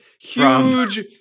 Huge